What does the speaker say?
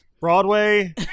broadway